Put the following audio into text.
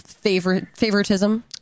favoritism